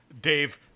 Dave